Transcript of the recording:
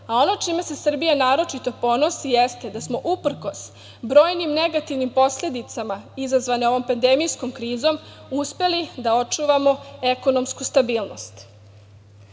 a ono čime se Srbija naročito ponosi jeste da smo uprkos brojnim negativnim posledicama izazvanim ovom pandemijskom krizom uspeli da očuvamo ekonomsku stabilnost. Sve